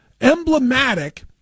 emblematic